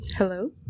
Hello